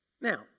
Now